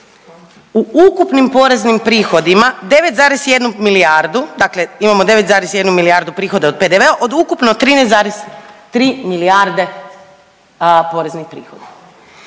u ukupnim poreznim prihodima 9,1 milijardu, dakle imamo 9,1 milijardu prihoda od PDV-a od ukupno 13,3 milijarde poreznih prihoda.